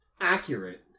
accurate